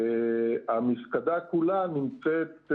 המפקדה כולה נמצאת,